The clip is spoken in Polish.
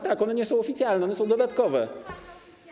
Tak, one nie są oficjalne, one są dodatkowe.